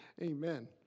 Amen